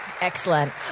Excellent